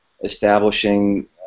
establishing